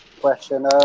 question